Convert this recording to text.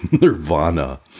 nirvana